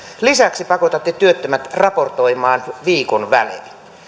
lisäksi pakotatte työttömät raportoimaan viikon välein